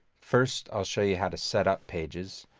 first, i'll show you how to set up pages.